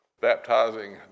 baptizing